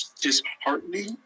disheartening